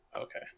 Okay